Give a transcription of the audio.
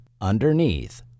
underneath